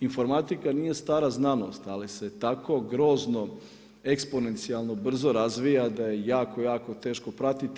Informatika nije stara znanost, ali se tako grozno eksponencijalno brzo razvija, da je jako jako teško pratiti.